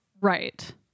Right